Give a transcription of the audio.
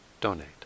donate